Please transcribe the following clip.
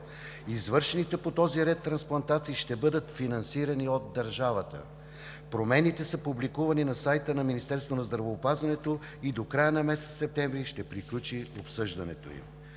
Извършените по този ред трансплантации ще бъдат финансирани от държавата. Промените са публикувани на сайта на Министерството на здравеопазването и до края на месец септември ще приключи обсъждането им.